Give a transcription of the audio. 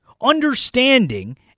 understanding